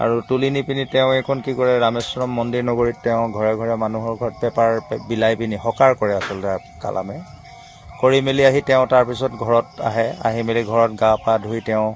আৰু তুলি নিপেনি তেওঁ এইখন কি কৰে ৰামেশ্বৰম মন্দিৰ নগৰীত তেওঁ ঘৰে ঘৰে মানুহৰ ঘৰত পেপাৰ বিলাইপেনি হকাৰ কৰে আচলতে কালামে কৰি মেলি আহি তেওঁ তাৰপিছত ঘৰত আহে আহি মেলি ঘৰত গা পা ধুই তেওঁ